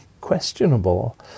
questionable